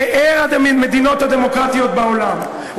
פאר המדינות הדמורקטיות בעולם,